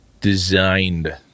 designed